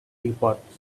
teapots